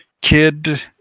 Kid